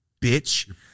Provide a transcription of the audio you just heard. bitch